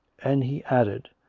and he added,